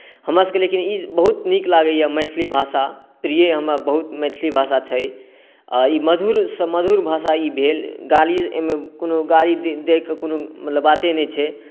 हमरासभके लेकिन ई बहुत नीक लगैए मैथिली भाषा प्रिय हमर बहुत मैथिली भाषा छै आ ई मधुरसँ मधुर भाषा ई भेल गाली एहिमे कोनो गाली दयके कोनो मतलब बाते नहि छै